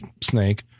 snake